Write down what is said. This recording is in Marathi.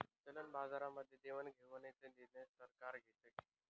चलन बाजारामध्ये देवाणघेवाणीचा निर्णय सरकार घेते